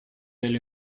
del